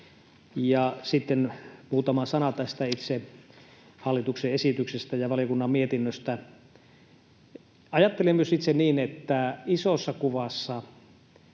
Sitten muutama sana tästä itse hallituksen esityksestä ja valiokunnan mietinnöstä: Ajattelen myös itse niin, että isossa kuvassa